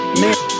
man